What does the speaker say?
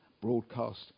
broadcast